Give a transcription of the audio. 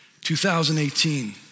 2018